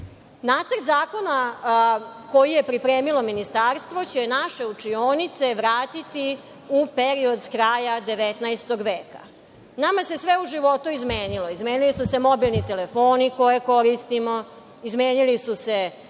zakona koji je pripremilo ministarstvo će naše učinioce vratiti u period sa kraja 19. veka. Nama se sve u životu izmenilo. Izmenili su se mobilni telefoni koje koristimo, izmenila su se kola